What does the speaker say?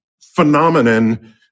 phenomenon